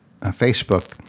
Facebook